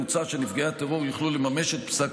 מוצע שנפגעי הטרור יוכלו לממש את פסק